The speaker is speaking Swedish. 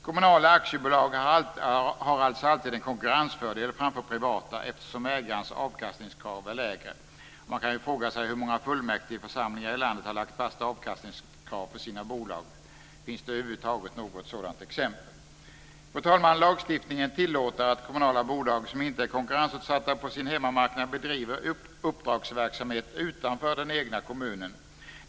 Kommunala aktiebolag har alltså alltid en konkurrensfördel framför privata, eftersom ägarnas avkastningskrav är lägre. Man kan fråga sig hur många fullmäktigeförsamlingar i landet som har lagt fast avkastningskrav för sina bolag. Finns det över huvud taget något sådant exempel? Lagstiftningen tillåter att kommunala bolag som inte är konkurrensutsatta på sin hemmamarknad bedriver uppdragsverksamhet utanför den egna kommunen.